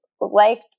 liked